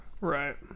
Right